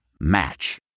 Match